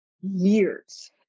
Years